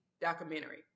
documentary